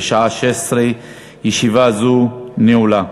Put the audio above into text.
בשעה 16:00. ישיבה זו נעולה.